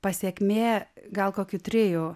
pasekmė gal kokių trijų